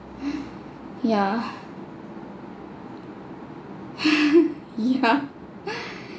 yeah yeah